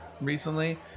recently